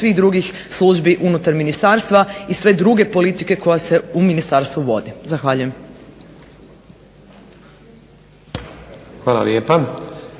svih drugih službi unutar ministarstva i sve druge politike koja se u ministarstvu vodi. Zahvaljujem. **Stazić,